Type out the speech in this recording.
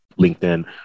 LinkedIn